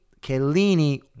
Kellini